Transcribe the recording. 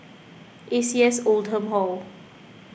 A C S Oldham Hall